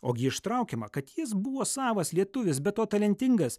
ogi ištraukiama kad jis buvo savas lietuvis be to talentingas